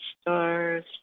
stars